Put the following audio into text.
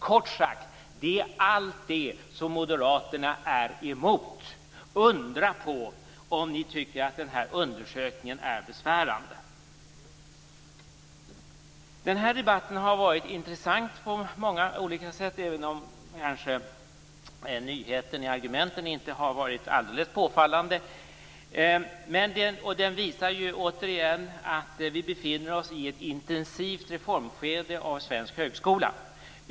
Kort sagt: Det gäller allt det som moderaterna är emot. Inte undra på om ni moderater tycker att den här undersökningen är besvärande! Denna debatt har varit intressant på många olika sätt, även om nyheten i argumenten kanske inte varit alldeles påfallande. Undersökningen visar att vi befinner oss i ett intensivt reformskede av svensk högskola.